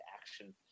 action